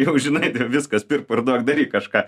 jau žinai viskas pirk parduok daryk kažką